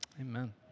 Amen